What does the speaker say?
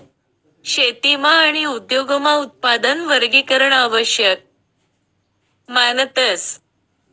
शेतीमा आणि उद्योगमा उत्पादन वर्गीकरण आवश्यक मानतस